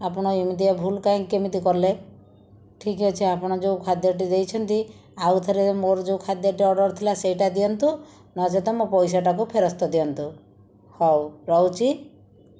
ଆପଣ ଏମିତିକା ଭୁଲ୍ କାଇଁ କେମିତି କଲେ ଠିକ୍ଅଛି ଆପଣ ଯେଉଁ ଖାଦ୍ୟଟି ଦେଇଛନ୍ତି ଆଉଥରେ ମୋର ଯେଉଁ ଖାଦ୍ୟଟି ଅର୍ଡ଼ର ଥିଲା ସେଇଟା ଦିଅନ୍ତୁ ନଚେତ୍ ମୋ ପଇସାଟାକୁ ଫେରସ୍ତ ଦିଅନ୍ତୁ ହଉ ରହୁଛି